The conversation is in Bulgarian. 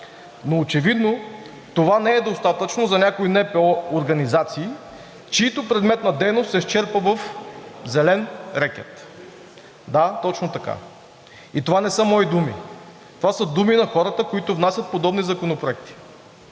Но очевидно, това не е достатъчно за някои НПО организации, чиито предмет на дейност се изчерпва в зелен рекет. Да, точно така. И това не са мои думи, това са думи на хората, които внасят подобни законопроекти.